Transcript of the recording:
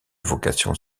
vocations